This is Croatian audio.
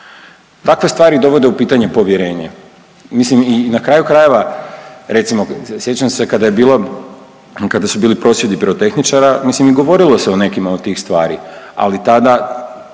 takve stvari dovode u pitanje povjerenje. Mislim i na kraju krajeva recimo sjećam se kada je bilo, kada su bili prosvjedi pirotehničara, mislim i govorilo se o nekima od tih stvari, ali tada